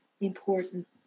important